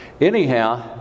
Anyhow